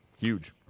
huge